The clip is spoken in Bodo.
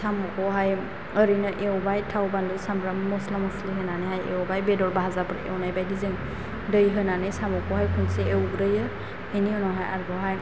साम'खौहाय ओरैनो एवबाय थाव बानलु सामब्राम मस्ला मस्लि होनानैहाय एवबाय बेदर भाजाफोर एवनाय बायदि जों दै होनानै सामखौहाय खनसे एवग्रोयो बिनि उनावहाय आरोबावहाय